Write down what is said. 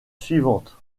suivante